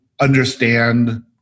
understand